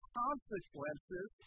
consequences